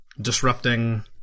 disrupting